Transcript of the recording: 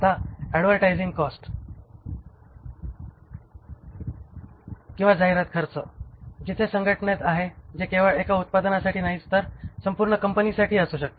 आता advertising cost आहे तिथे संघटनेत आहे जे केवळ एका उत्पादनासाठीच नाही तर संपूर्ण कंपनीसाठी असू शकते